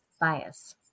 bias